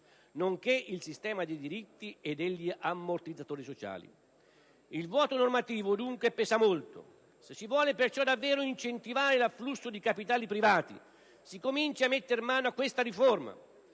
nonché il sistema dei diritti e degli ammortizzatori sociali. Il vuoto normativo, dunque, pesa molto. Se si vuole perciò davvero incentivare l'afflusso di capitali privati, si cominci a mettere mano a questa riforma,